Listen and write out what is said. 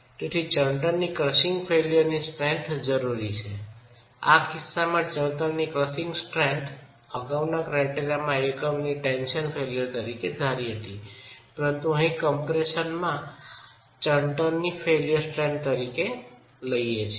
તેથી ચણતરની crushing failure સ્ટેન્થની જરૂર છે આ કિસ્સામાં ચણતરની ક્રશિંગ સ્ટેન્થ અગાઉના ક્રાયટેરિયામાં એકમની ટેન્શન ફેઇલ્યર તરીકે ધારી હતી પરંતુ અહીં કમ્પ્રેશનમાં ચણતરની ફેઇલ્યર સ્ટ્રેન્થ તરીકે લઈએ છીએ